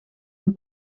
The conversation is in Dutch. een